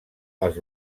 els